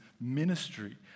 ministry